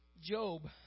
Job